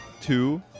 two